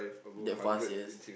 that fast yes